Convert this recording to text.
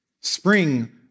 Spring